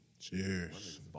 Cheers